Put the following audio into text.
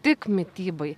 tik mitybai